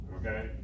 okay